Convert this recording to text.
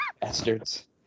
Bastards